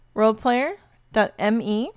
roleplayer.me